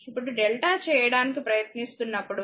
ఇప్పుడు డెల్టా చేయడానికి ప్రయత్నిస్తున్నప్పుడు